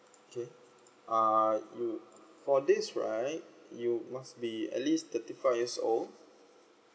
okay uh you for this right you must be at least thirty five years old